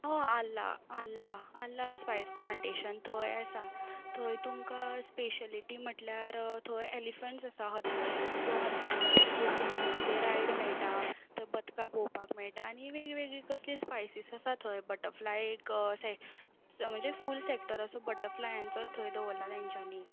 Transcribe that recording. हय आर्ला आर्ला आर्ला स्पायस प्लांटेशन तोवूय आसा थंय तुमकां स्पेशेलीटी म्हणल्यार थंय एलीफंट्स आसा हत्ती सो हत्तीचेर बसून तुमकां थंय रायड मेळटा थंय बदकां पळोवपाक मेळटा आनी वेगवेगळीं कसलीं स्पायसीस आसा थंय बटरफ्लाय एक सेक म्हणजे फूल सेकटर असो बटरफ्लायांचोच थंय दवरला तेंच्यांनी